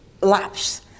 lapse